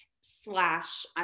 slash